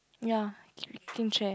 ya think chair